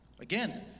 Again